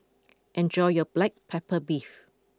enjoy your Black Pepper Beef